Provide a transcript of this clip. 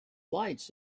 lights